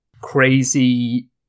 crazy